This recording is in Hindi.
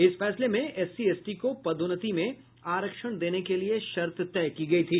इस फैसले में एससी एसटी को पदोन्नति में आरक्षण देने के लिये शर्त तय की गयी थी